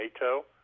NATO